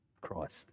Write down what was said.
Christ